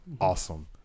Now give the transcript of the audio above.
awesome